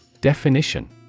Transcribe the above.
Definition